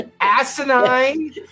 asinine